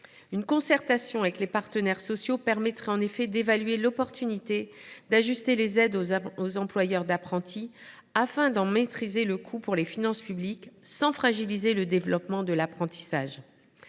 Une concertation avec les partenaires sociaux permettrait en effet d’évaluer l’opportunité d’ajuster les aides aux employeurs d’apprentis, afin d’en maîtriser le coût pour les finances publiques, sans fragiliser le développement de l’apprentissage.